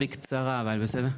בקצרה אבל, בסדר?